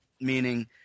meaning